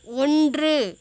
ஒன்று